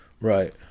Right